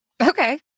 okay